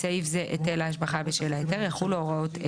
זה קיים היום בתוכניות.